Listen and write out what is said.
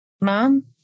mom